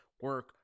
Work